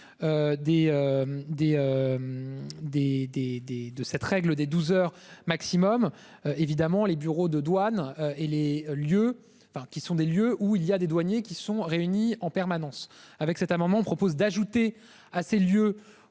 de cette règle des 12h maximum. Évidemment, les bureaux de douanes et les lieux. Qui sont des lieux où il y a des douaniers qui se sont réunis en permanence avec cet amendement propose d'ajouter à ces lieux